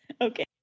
Okay